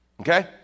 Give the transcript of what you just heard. Okay